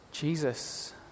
Jesus